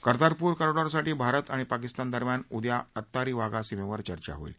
कर्तारपूर कॉरिडॉरसाठी भारत आणि पाकिस्तान दरम्यान उद्या अतारी वाघा सीमेवर चर्चा होईल